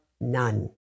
none